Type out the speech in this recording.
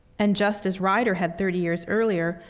and just as ryder had thirty years earlier,